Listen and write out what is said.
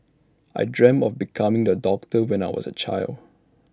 I dreamt of becoming A doctor when I was A child